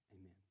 Amen